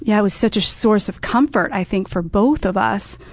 yeah was such a source of comfort i think, for both of us.